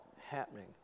happening